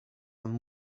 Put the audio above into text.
and